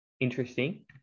Interesting